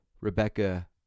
Rebecca